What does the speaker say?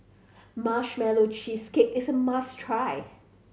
Marshmallow Cheesecake is a must try